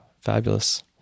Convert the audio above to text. Fabulous